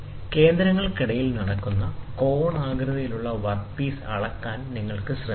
കേന്ദ്രങ്ങൾക്കിടയിൽ നടക്കുന്ന കോണാകൃതിയിലുള്ള work piece അളക്കാൻ നിങ്ങൾക്ക് ശ്രമിക്കാം